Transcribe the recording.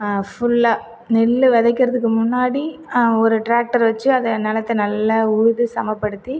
ஃபுல்லாக நெல் விதைக்கிறதுக்கு முன்னாடி ஒரு டிராக்டர் வச்சு அதை நிலத்த நல்லா உழுது சமப்படுத்தி